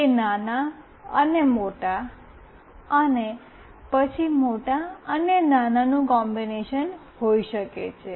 તે નાના અને મોટા અને પછી મોટા અને નાના નું કોમ્બિનેશન હોઈ શકે છે